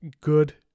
Good